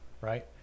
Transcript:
right